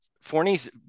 Forney's